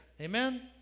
Amen